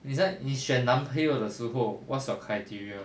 你在你选男朋友的时候 what's your criteria